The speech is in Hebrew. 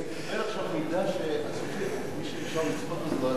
מידע שמי שנשאר לצפות בנו ודאי דובר